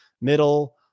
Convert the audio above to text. middle